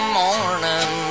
morning